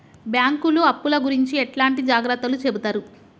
బ్యాంకులు అప్పుల గురించి ఎట్లాంటి జాగ్రత్తలు చెబుతరు?